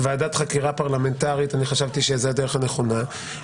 אבל אני חשבתי שהדרך הנכונה היא ועדת חקירה פרלמנטרית.